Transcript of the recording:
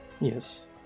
Yes